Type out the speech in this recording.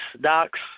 Docs